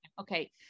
Okay